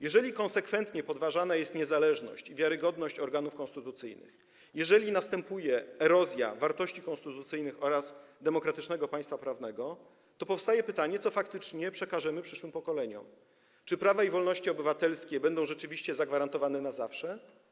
Jeżeli konsekwentnie podważane są niezależność i wiarygodność organów konstytucyjnych, jeżeli następuje erozja wartości konstytucyjnych oraz demokratycznego państwa prawnego, to powstaje pytanie, co faktycznie przekażemy przyszłym pokoleniom - czy prawa i wolności obywatelskie będą rzeczywiście zagwarantowane na zawsze?